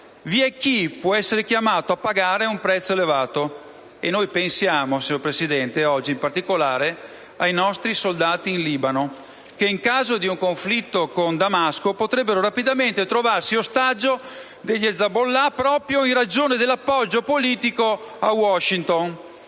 vi è chi può essere chiamato a pagare un prezzo elevato. E noi pensiamo oggi in particolare, signor Presidente, ai nostri soldati in Libano, che in caso di un conflitto con Damasco potrebbero rapidamente trovarsi ostaggio degli *hezbollah* proprio in ragione dell'appoggio politico a Washington.